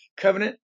covenant